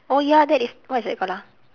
oh ya that is what is that called ah